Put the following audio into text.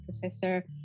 professor